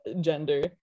gender